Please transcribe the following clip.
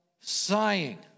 sighing